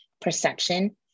perception